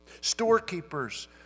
Storekeepers